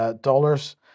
dollars